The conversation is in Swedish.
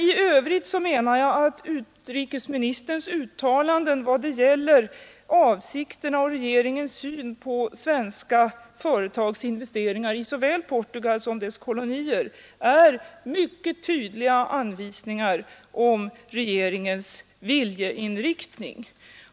I övrigt menar jag att utrikesministerns uttalanden i vad gäller regeringens syn på svenska företags investeringar i såväl Portugal som dess kolonier är mycket tydliga anvisningar om regeringens viljeinriktning.